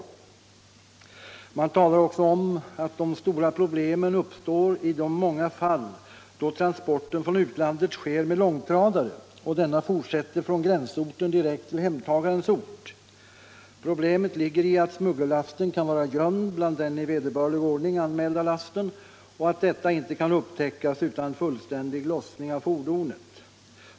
Utredningen talar också om att de stora problemen uppstår i de många fall där transporten från utlandet sker med långtradare och denna fortsätter från gränsorten direkt till hemtagarens ort. Problemet ligger i att smuggellasten kan vara gömd bland den i vederbörlig ordning anmälda lasten och att detta inte kan upptäckas utan fullständig lossning av fordonet.